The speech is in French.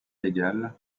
légale